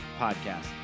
podcast